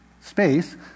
space